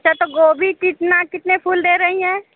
अच्छा तो गोभी कितना कितने फूल दे रही हैं